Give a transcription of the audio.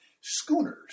schooners